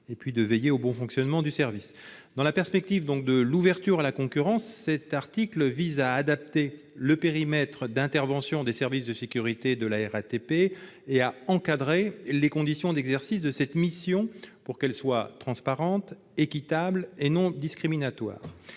et de veiller au bon fonctionnement du service. Dans la perspective de l'ouverture à la concurrence, l'article 33 vise à adapter le périmètre d'intervention des services de sécurité de la RATP et à encadrer les conditions d'exercice de cette mission pour qu'elles soient transparentes, équitables et non discriminatoires.